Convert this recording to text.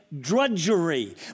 Drudgery